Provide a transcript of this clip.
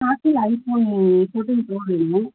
apple iPhone வேணும் fourteen pro வேணும்